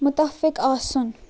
مُتَفِق آسُن